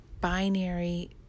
binary